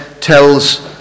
tells